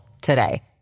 today